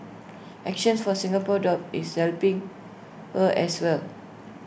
actions for Singapore dogs is helping her as well